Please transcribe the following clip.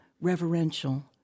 reverential